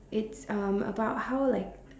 it's um about how like